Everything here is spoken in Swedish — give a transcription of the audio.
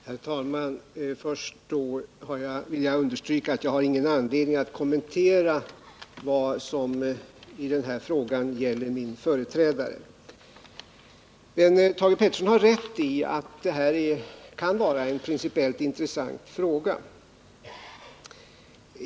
Herr talman! Först vill jag understryka att jag inte har någon anledning att kommentera min företrädares handläggning av denna fråga. Thage Peterson har emellertid rätt i att det här kan vara en principiellt intressant fråga.